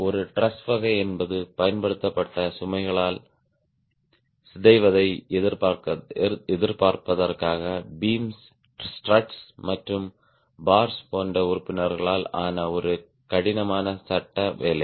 ஒரு டிரஸ் என்பது பயன்படுத்தப்பட்ட சுமைகளால் சிதைவதை எதிர்ப்பதற்காக பீம்ஸ் ஸ்ட்ரட்ஸ் மற்றும் பார்ஸ் போன்ற உறுப்பினர்களால் ஆன ஒரு கடினமான சட்ட வேலை